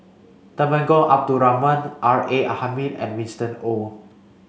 Temenggong Abdul Rahman R A Hamid and Winston Oh